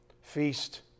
feast